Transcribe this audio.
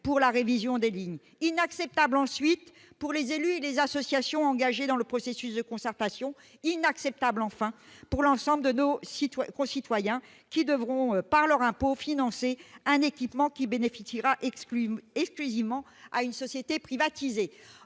pour la révision des lignes. Inacceptable, ensuite, pour les élus et les associations engagés dans le processus de concertation. Inacceptable, enfin, pour l'ensemble de nos concitoyens, car ceux-ci devront, par leurs impôts, financer un équipement qui bénéficiera exclusivement à une société privatisée.